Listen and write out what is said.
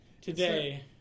today